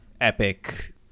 epic